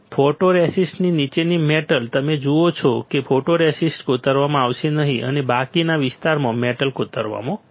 ફોટોરેસિસ્ટની નીચેની મેટલ તમે જુઓ છો કે ફોટોરેસિસ્ટ કોતરવામાં આવશે નહીં અને બાકીના વિસ્તારમાં મેટલ કોતરવામાં આવશે